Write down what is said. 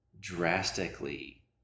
drastically